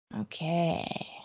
Okay